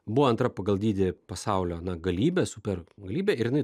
buvo antra pagal dydį pasaulio na galybė super galybė ir jinai